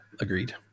agreed